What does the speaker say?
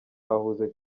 ahuze